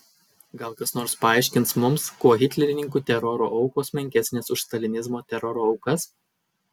gal kas nors paaiškins mums kuo hitlerininkų teroro aukos menkesnės už stalinizmo teroro aukas